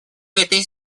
этой